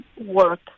work